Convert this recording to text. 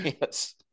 yes